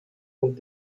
und